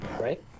Right